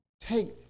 take